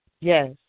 yes